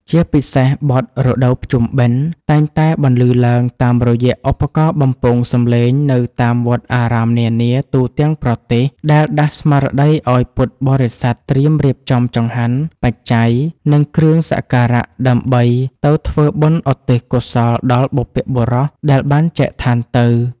ជាពិសេសបទ រដូវភ្ជុំបិណ្ឌ តែងតែបន្លឺឡើងតាមរយៈឧបករណ៍បំពងសម្លេងនៅតាមវត្តអារាមនានាទូទាំងប្រទេស ដែលដាស់ស្មារតីឱ្យពុទ្ធបរិស័ទត្រៀមរៀបចំចង្ហាន់ បច្ច័យ និងគ្រឿងសក្ការៈដើម្បីទៅធ្វើបុណ្យឧទ្ទិសកុសលដល់បុព្វបុរសដែលបានចែកឋានទៅ។